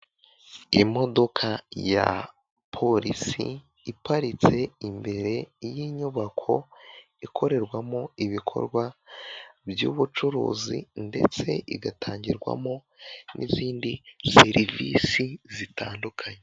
Imodoka ya polisi iparitse imbere y'inyubako ikorerwamo ibikorwa by'ubucuruzi ndetse igatangirwamo n'izindi serivisi zitandukanye.